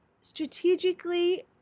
strategically